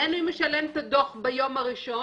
גמרנו.